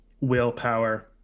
willpower